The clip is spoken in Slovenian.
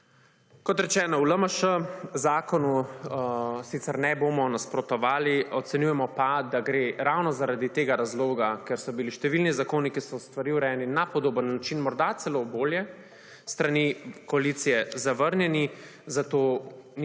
Kot rečeno, v LMŠ zakonu sicer ne bomo nasprotovali, ocenjujemo pa, da gre ravno zaradi tega razloga, ker so bili številni zakoni, ki so stvari urejali na podoben način, morda celo bolje, s strani koalicije zavrnjeni, zato ni